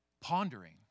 pondering